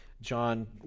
John